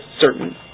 certain